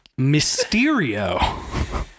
Mysterio